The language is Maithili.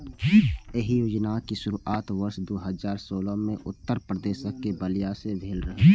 एहि योजनाक शुरुआत वर्ष दू हजार सोलह मे उत्तर प्रदेशक बलिया सं भेल रहै